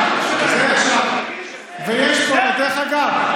דרך אגב,